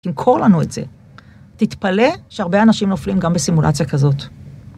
תמקור לנו את זה, תתפלא שהרבה אנשים נופלים גם בסימולציה כזאת.